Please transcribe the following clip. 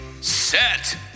set